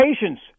patience